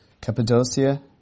Cappadocia